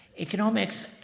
Economics